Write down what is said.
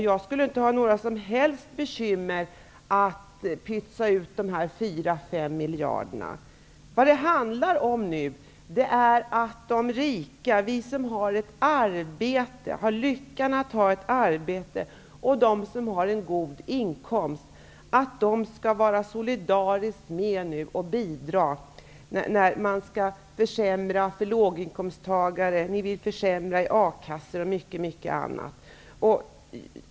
Jag skulle inte ha några som helst bekymmer att pytsa ut dessa 4--5 miljarder. Vad det handlar om nu är att de rika, vi som har lyckan att ha ett arbete och de som har en god inkomst skall vara solidariska och bidra när regeringen nu skall försämra för låginkomsttagare, försämra i a-kassorna och mycket annat.